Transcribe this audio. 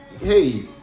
hey